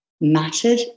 mattered